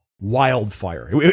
wildfire